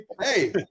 hey